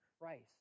Christ